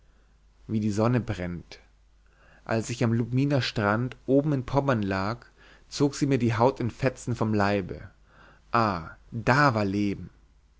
wie die sonne brennt als ich am lubminer strand oben in pommern lag zog sie mir die haut in fetzen vom leibe ah da war leben